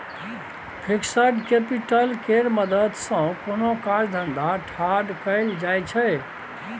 fixed capital केर मदद सँ कोनो काज धंधा ठाढ़ कएल जाइ छै